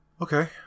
Okay